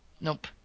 Nope